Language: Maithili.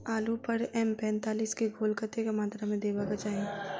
आलु पर एम पैंतालीस केँ घोल कतेक मात्रा मे देबाक चाहि?